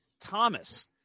Thomas